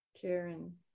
Karen